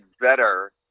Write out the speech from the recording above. better